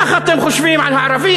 ככה אתם חושבים על הערבים?